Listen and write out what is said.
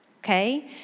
Okay